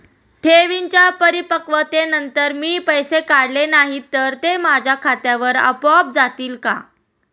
ठेवींच्या परिपक्वतेनंतर मी पैसे काढले नाही तर ते माझ्या खात्यावर आपोआप जातील का?